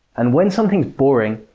and, when something's boring,